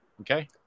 Okay